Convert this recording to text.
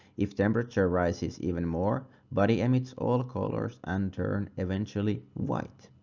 if temperature rises even more body emits all colors and turn eventually white.